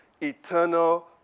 eternal